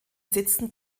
sitzen